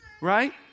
right